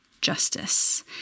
justice